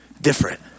Different